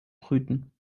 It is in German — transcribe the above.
brüten